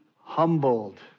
humbled